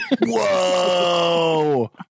Whoa